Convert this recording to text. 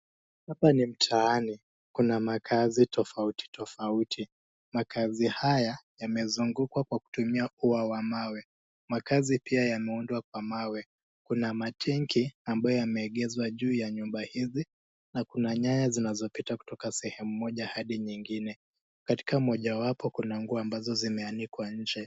Hapa ni mtaani, kuna makaazi tofauti tofauti. Makaazi haya yamezungukwa kwa kutumia ua wa mawe, makaazi pia yameundwa kwa mawe. Kuna matenki ambayo yameegezwa juu ya nyumba hizi na kuna nyaya zinazopita kutoka sehemu moja hadi nyingine. Katika mojawapo kuna nguo ambazo zimeanikwa nje.